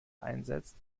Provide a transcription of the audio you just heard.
einsetzt